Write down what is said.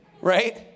Right